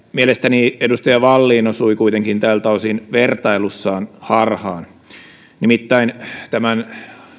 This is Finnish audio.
mielestäni edustaja wallin osui kuitenkin tältä osin vertailussaan harhaan nimittäin tämän